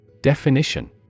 Definition